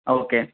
okay